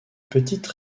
petite